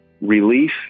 relief